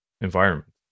environment